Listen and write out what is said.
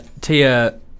Tia